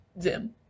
Zim